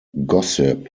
gossip